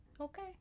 okay